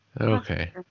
Okay